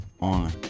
on